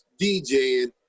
DJing